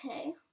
okay